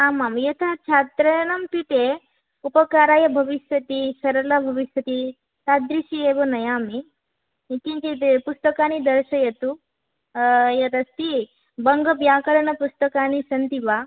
आमां यथा छात्राणां कृते उपकाराय भविष्यति सरला भविष्यति तादृशी एव नयामि पुस्तकानि दर्शयतु यदस्ति बङ्ग व्याकरणपुस्तकानि सन्ति वा